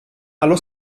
allo